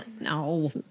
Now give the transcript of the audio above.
No